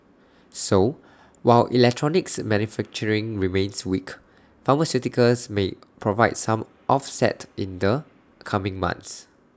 so while electronics manufacturing remains weak pharmaceuticals may provide some offset in the coming months